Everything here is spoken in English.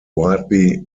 widely